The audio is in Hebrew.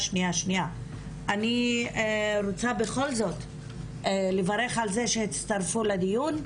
אני רוצה בכל זאת לברך על זה שהצטרפו לדיון,